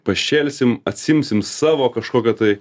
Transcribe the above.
pašėlsim atsiimsim savo kažkokią tai